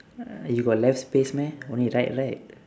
uh you got left space meh only right right